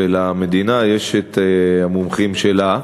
למדינה יש המומחים שלה.